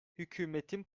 hükümetin